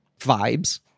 vibes